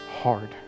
hard